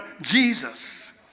Jesus